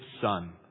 Son